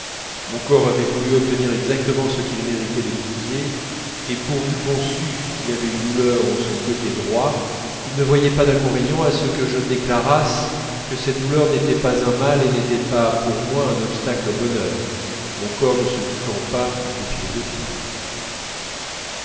mon corps avait voulu obtenir exactement ce qu'il méritait de pitié et pourvu qu'on sût qu'il avait une douleur en son côté droit il ne voyait pas d'inconvénient à ce que je déclarasse que cette douleur n'était pas un mal et n'était pas pour moi un obstacle au bonheur mon corps ne se piquant pas de philosophie